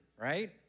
right